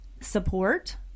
Support